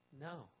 No